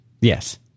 Yes